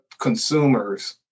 consumers